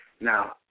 now